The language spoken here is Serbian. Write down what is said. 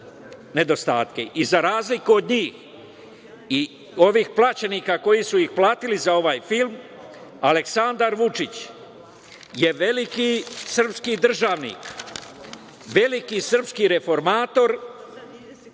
razliku od njih i ovih plaćenika koji su ih platili za ovaj film, Aleksandar Vučić je veliki srpski državnik, veliki srpski reformator